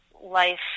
life